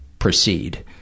proceed